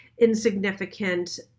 insignificant